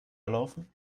laufen